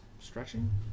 stretching